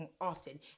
often